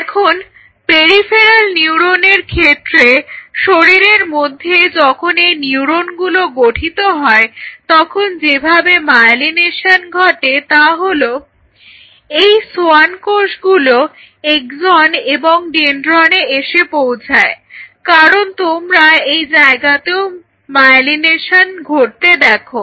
এখন পেরিফেরাল নিউরোনের ক্ষেত্রে শরীরের মধ্যে যখন এই নিউরোনগুলো গঠিত হয় তখন যেভাবে মায়েলিনেশন ঘটে তা হলো এই সোয়ান কোষগুলো এক্সন এবং ডেনড্রনে এসে পৌঁছায় কারণ তোমরা এই জায়গাতেও মায়েলিনেশন ঘটতে দেখো